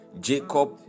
Jacob